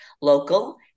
local